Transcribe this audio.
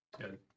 Good